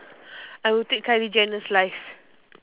I would take Kylie-Jenner's life